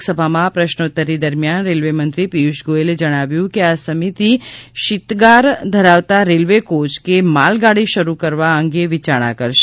લોકસભામાં પ્રશ્નોત્તરી દરમિયાન રેલવેમંત્રી પિયુષ ગોયલે જણાવ્યું કે આ સમિતિ શીતાગાર ધરાવતા રેલવે કોચ કે માલગાડી શરૂ કરવા અંગે વિયારણા કરશે